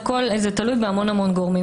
זה תלוי בהמון גורמים.